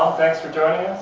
um thanks for joining